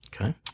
okay